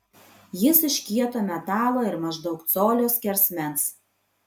jis iš kieto metalo ir maždaug colio skersmens